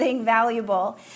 Valuable